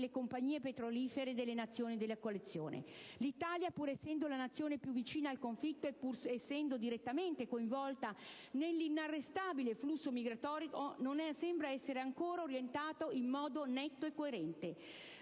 compagnie petrolifere delle Nazioni della coalizione. L'Italia, pur essendo la Nazione più vicina al conflitto e pur essendo direttamente coinvolta dall'inarrestabile flusso migratorio, non sembra essere ancora orientata in modo netto e coerente.